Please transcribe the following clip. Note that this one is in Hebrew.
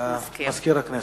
מזכיר הכנסת.